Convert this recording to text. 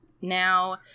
Now